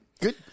Good